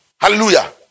Hallelujah